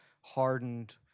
hardened